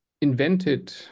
invented